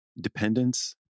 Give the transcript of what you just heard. dependence